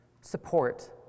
support